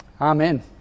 Amen